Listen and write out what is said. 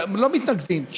לא מתנגדים,